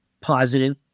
positive